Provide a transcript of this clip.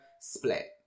split